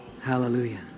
Hallelujah